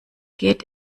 geht